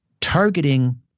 targeting